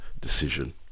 decision